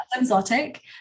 exotic